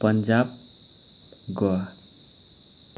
Punjab Goa